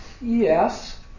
yes